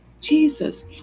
Jesus